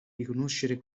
riconoscere